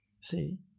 See